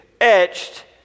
etched